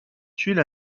tuile